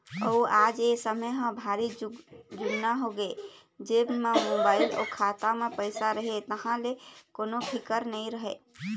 अउ आज ए समे ह भारी जुन्ना होगे हे जेब म मोबाईल अउ खाता म पइसा रहें तहाँ ले कोनो फिकर नइ रहय